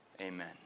amen